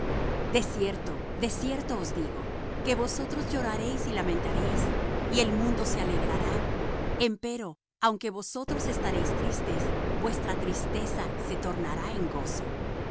de cierto os digo que vosotros lloraréis y lamentaréis y el mundo se alegrará empero aunque vosotros estaréis tristes vuestra tristeza se tornará en gozo la